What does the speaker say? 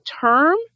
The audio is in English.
term